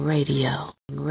Radio